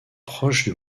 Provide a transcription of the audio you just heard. proche